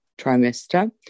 trimester